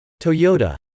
Toyota